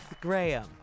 Graham